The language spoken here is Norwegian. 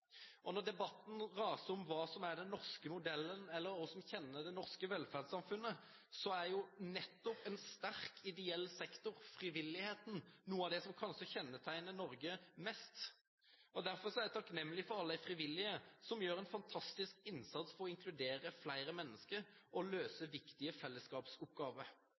Når debatten raser om hva som er den norske modellen, eller hva som kjennetegner det norske velferdssamfunnet, vil jeg si at nettopp en sterk ideell sektor, frivilligheten, er noe av det som kanskje kjennetegner Norge mest. Derfor er jeg takknemlig for alle de frivillige, som gjør en fantastisk innsats for å inkludere flere mennesker og løse viktige fellesskapsoppgaver.